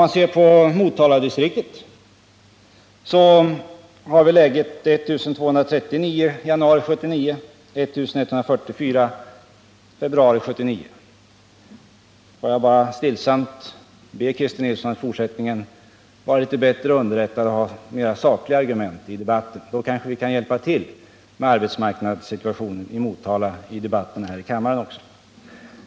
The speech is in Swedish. När det gäller Motaladistriktet har vi 1 144 kvarstående arbetssökande i februari 1979 mot 1239 månaden innan. Får jag bara stillsamt be Christer Nilsson att i fortsättningen vara litet bättre underrättad och ha litet mer sakliga argument i debatten. Då kanske vi kan hjälpas åt när det gäller arbetsmarknadssituationen i Motala här i debatten i kammaren också.